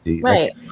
right